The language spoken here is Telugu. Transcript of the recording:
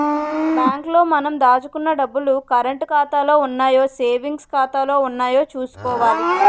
బ్యాంకు లో మనం దాచుకున్న డబ్బులు కరంటు ఖాతాలో ఉన్నాయో సేవింగ్స్ ఖాతాలో ఉన్నాయో చూసుకోవాలి